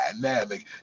dynamic